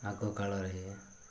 ଆଗ କାଳରେ